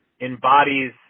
embodies